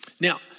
Now